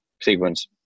sequence